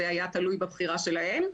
זה היה תלוי בבחירה שלהם,